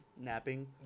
napping